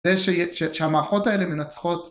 זה שהמערכות האלה מנצחות